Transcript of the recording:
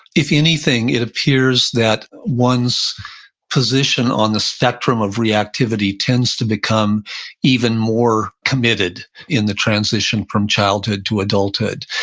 if anything, it appears that one's position on the spectrum of reactivity tends to become even more committed in the transition from childhood to adulthood.